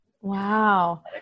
Wow